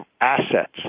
assets